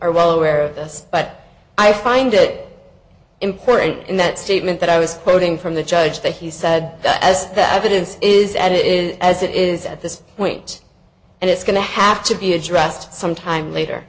are well aware of this but i find it important in that statement that i was quoting from the judge that he said as the evidence is at it as it is at this point and it's going to have to be addressed sometime later